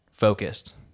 focused